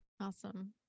Awesome